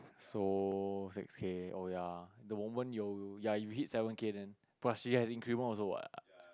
so six K oh ya the moment your ya you hit seven K then plus you have increment also what